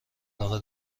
علاقه